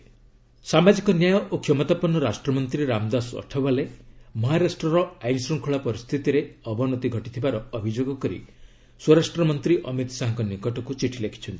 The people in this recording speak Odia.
ମହା ପ୍ରେସିଡେଣ୍ଟ ରୁଲ୍ ସାମାଜିକ ନ୍ୟାୟ ଓ କ୍ଷମତାପନ୍ନ ରାଷ୍ଟ୍ରମନ୍ତ୍ରୀ ରାମଦାସ ଅଠାଓ୍ୱାଲେ ମହାରାଷ୍ଟ୍ରର ଆଇନ ଶୃଙ୍ଖଳା ପରିସ୍ଥିତିରେ ଅବନ୍ଧତି ଘଟିଥିବାର ଅଭିଯୋଗ କରି ସ୍ୱରାଷ୍ଟ୍ର ମନ୍ତ୍ରୀ ଅମିତ୍ ଶାହାଙ୍କ ନିକଟକୁ ଚିଠି ଲେଖିଛନ୍ତି